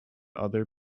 other